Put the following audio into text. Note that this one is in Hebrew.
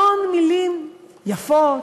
המון מילים יפות,